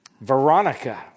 Veronica